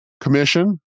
commission